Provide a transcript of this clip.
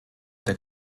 der